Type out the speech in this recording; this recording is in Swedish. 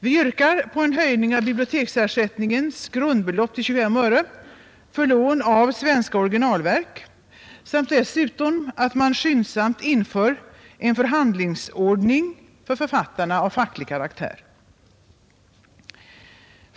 Vi yrkar på en höjning av biblioteksersättningens grundbelopp till 25 öre för lån av svenska originalverk samt dessutom att man skyndsamt inför en förhandlingsordning av facklig karaktär för författarna.